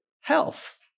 health